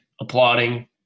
applauding